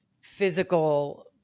physical